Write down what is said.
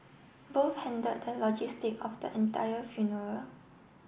both handled the logistic of the entire funeral